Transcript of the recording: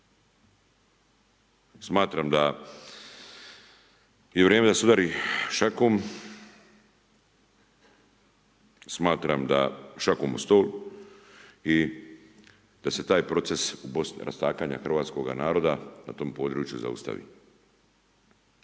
Smatram da je vrijeme da se udari šakom, smatram da, šakom o stol i da se taj proces rastakanja hrvatskoga naroda na tom području zaustavi.